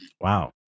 Wow